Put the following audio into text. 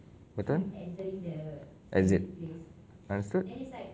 betul exit understood